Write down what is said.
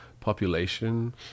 population